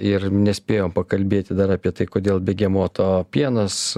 ir nespėjom pakalbėti dar apie tai kodėl begemoto pienas